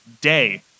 day